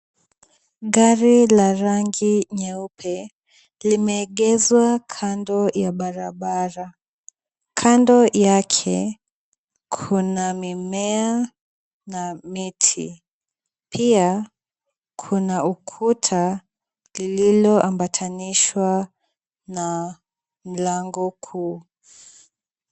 Gari la rangi nyeupe limeegeshwa kando ya barabara. Kando yake kuna mimea na miti. Pia kuna ukuta lililoambatanishwa na mlango kuu.